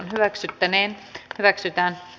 keskustelua ei syntynyt